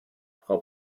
frau